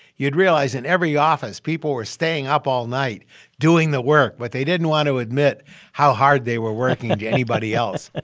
you'd realize in every office people were staying up all night doing the work. but they didn't want to admit how hard they were working and to anybody else